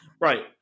Right